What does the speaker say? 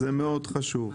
זה חשוב מאוד.